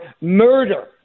murder